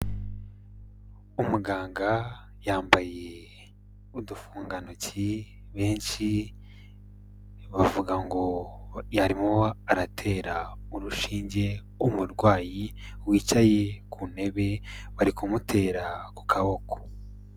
Umuganga yambaye udufungantoki benshi bavuga ngo arimo aratera urushinge umurwayi wicaye ku ntebe, bari kumutera ku kaboko.